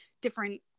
different